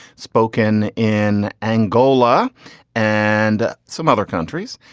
spoken in angola and some other countries.